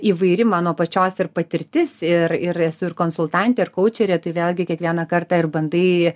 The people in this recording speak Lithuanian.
įvairi mano pačios ir patirtis ir ir esu ir konsultantė ir koučerė tai vėlgi kiekvieną kartą ir bandai